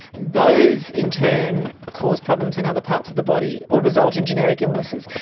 those in turn cause problems in other parts of the body, or result in generic illnesses.